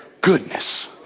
goodness